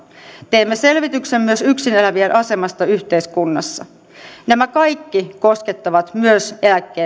teemme selvityksen myös yksin elävien asemasta yhteiskunnassa nämä kaikki koskettavat myös eläkkeensaajia